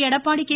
Edappadi K